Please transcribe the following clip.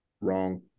Wrong